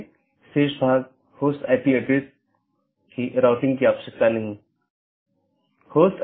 ये IBGP हैं और बहार वाले EBGP हैं